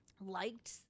liked